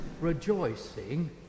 rejoicing